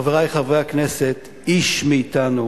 חברי חברי הכנסת, איש מאתנו